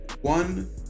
one